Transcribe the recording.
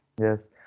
Yes